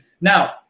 Now